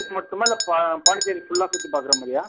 மட்டுமா இல்லை பாண்டிச்சேரி ஃபுல்லா சுற்றி பார்க்கற மாதிரியா